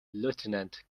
lieutenant